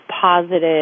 positive